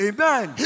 Amen